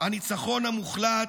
הניצחון המוחלט,